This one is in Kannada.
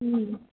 ಹ್ಞೂ